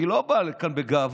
היא לא באה לכאן בגאווה,